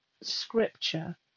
scripture